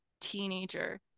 teenager